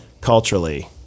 culturally